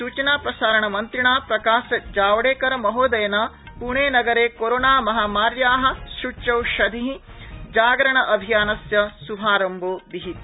सूचना प्रसारणमन्त्रिणा प्रकाशजावडेकरमहोदयेन प्णे नगरे कोरोनामहामार्या सूच्यौषधि जागरण अभियानस्य श्भारम्भो विहित